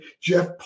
Jeff